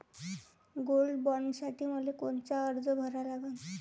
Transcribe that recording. Gold बॉण्डसाठी मले कोनचा अर्ज भरा लागन?